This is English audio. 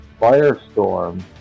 Firestorm